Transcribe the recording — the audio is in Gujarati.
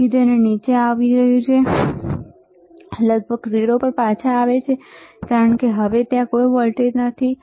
તેથી તે નીચે આવી રહ્યું છેલગભગ 0 પર પાછા આવે છે કારણ કે હવે ત્યાં કોઈ વોલ્ટેજ નથી